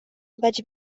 vaig